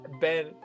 Ben